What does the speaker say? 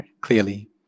clearly